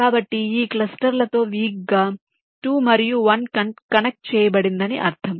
కాబట్టి ఈ క్లస్టర్లతో వీక్ గా 2 మరియు 1 కనెక్ట్ చేయబడిందని అర్థం